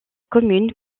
commune